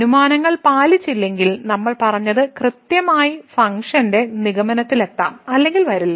അനുമാനങ്ങൾ പാലിച്ചില്ലെങ്കിൽ നമ്മൾ പറഞ്ഞത് കൃത്യമായി ഫംഗ്ഷൻ നിഗമനത്തിലെത്താം അല്ലെങ്കിൽ വരില്ല